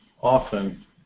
often